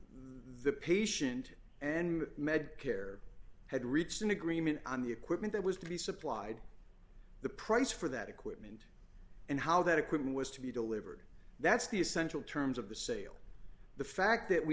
the patient and med care had reached an agreement on the equipment that was to be supplied the price for that equipment and how that equipment was to be delivered that's the essential terms of the sale the fact that we